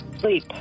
sleep